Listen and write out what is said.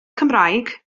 cymraeg